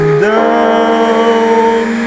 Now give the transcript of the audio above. down